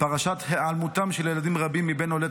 פרשת היעלמותם של ילדים רבים מבין עולי